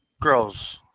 Girls